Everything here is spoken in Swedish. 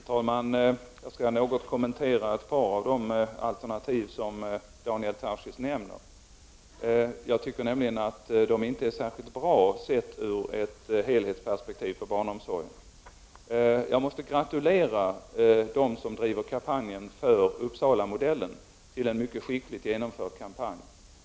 Herr talman! Jag skall något kommentera ett par av de alternativ som Daniel Tarschys nämner. Jag tycker nämligen att de inte är särskilt bra, sett ur ett helhetsperspektiv för barnomsorgen. Jag måste gratulera dem som driver kampanjen för Uppsalamodellen till en mycket skickligt genomförd kampanj.